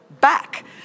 back